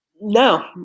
No